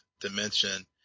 dimension